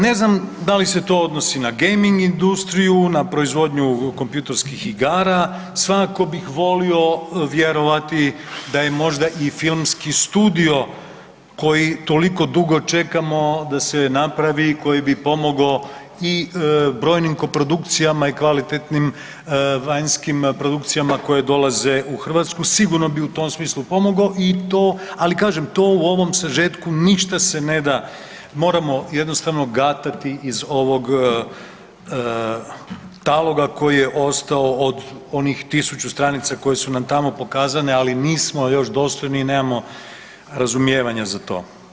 Ne znam da li se to odnosi na gaming industriju, na proizvodnju kompjutorskih igara, svakako bih volio vjerovati da je možda i filmski studio koji toliko dugo čekamo da se napravi koji bi pomogao i brojnim koprodukcijama i kvalitetnim vanjskim produkcijama koje dolaze u Hrvatsku, sigurno bi u tom smislu pomogao i to, ali kažem to u ovom Sažetku ništa se ne da, moramo jednostavno gatati iz ovog taloga koji je ostao od onih tisuću stranica koje su nam tamo pokazane, ali nismo još dostojni i nemamo razumijevanja za to.